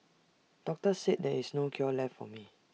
doctors said there is no cure left for me